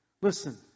Listen